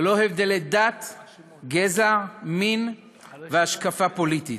ללא הבדלי דת, גזע, מין והשקפה פוליטית.